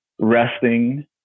resting